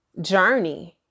journey